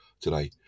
today